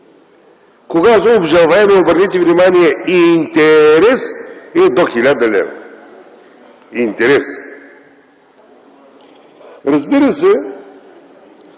когато обжалваемият, обърнете внимание, „интерес е до 1000 лв.”. Интерес! Разбира се,